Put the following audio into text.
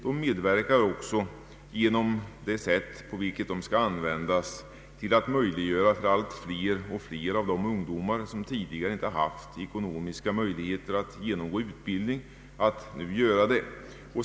De medverkar också — genom det sätt på vilket de skall användas — till att allt fler av de ungdomar som tidigare inte haft ekonomiska möjligheter att genomgå utbildning nu kan göra det.